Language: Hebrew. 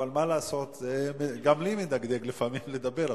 אבל מה לעשות, זה גם לי מדגדג לפעמים, לדבר.